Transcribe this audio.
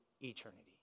eternity